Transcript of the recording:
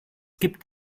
gibt